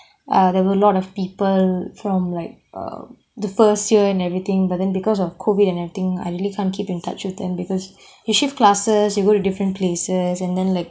uh there were a lot of people from like err the first year and everything but then because of COVID and everything I really can't keep in touch with them because you shift classes you go to different places and then like